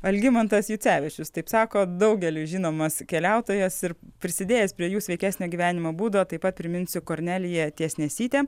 algimantas jucevičius taip sako daugeliui žinomas keliautojas ir prisidėjęs prie jų sveikesnio gyvenimo būdo taip pat priminsiu kornelija tiesnesytė